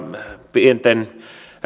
pienten